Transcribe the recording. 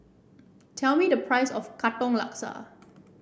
tell me the price of Katong Laksa